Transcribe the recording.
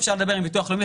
אפשר לדבר עם ביטוח לאומי,